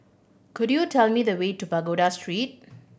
could you tell me the way to Pagoda Street